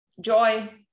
joy